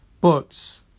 books